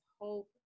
hope